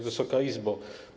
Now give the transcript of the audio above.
Wysoka Izbo!